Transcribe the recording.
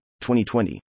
2020